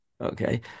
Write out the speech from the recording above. Okay